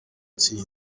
yizeye